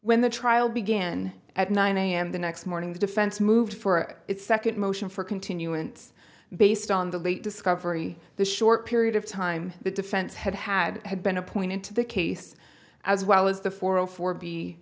when the trial began at nine am the next morning the defense moved for its second motion for continuance based on the late discovery the short period of time the defense had had had been appointed to the case as well as the four